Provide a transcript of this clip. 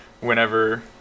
whenever